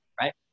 right